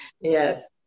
Yes